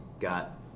got